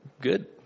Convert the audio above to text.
good